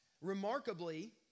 Remarkably